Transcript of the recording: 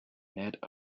net